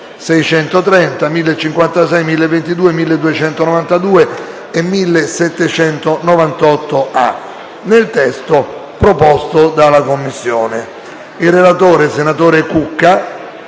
630, 1056, 1202, 1292 e 1798, nel testo proposto dalla Commissione. Il relatore, senatore Cucca,